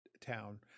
town